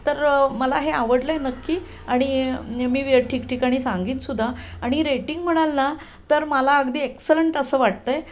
तर मला हे आवडलं आहे नक्की आणि मी ठिकठिकाणी सांगेनसुद्धा आणि रेटिंग म्हणाल ना तर मला अगदी एक्सलनंट असं वाटतं आहे